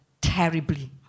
terribly